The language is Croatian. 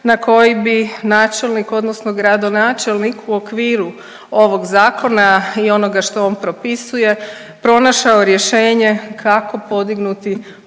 na koji bi načelnik odnosno gradonačelnik u okviru ovog zakona i onoga što on propisuje pronašao rješenje kako podignuti